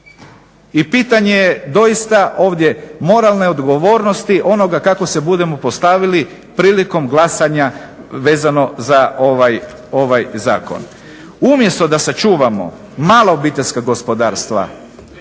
I pitanje je doista ovdje moralne odgovornosti onoga kako se budemo postavili prilikom glasanja vezano za ovaj zakon. Umjesto da sačuvamo mala obiteljska gospodarstva,